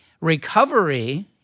Recovery